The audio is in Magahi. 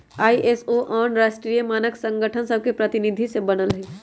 आई.एस.ओ आन आन राष्ट्रीय मानक संगठन सभके प्रतिनिधि से बनल हइ